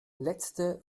letzte